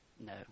No